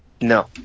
No